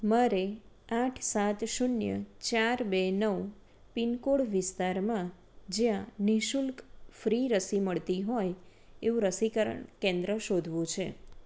મારે આઠ સાત શૂન્ય ચાર બે નવ પિનકોડ વિસ્તારમાં જ્યાં નિઃશુલ્ક ફ્રી રસી મળતી હોય એવું રસીકરણ કેન્દ્ર શોધવું છે